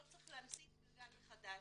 לא צריך להמציא את הגלגל מחדש.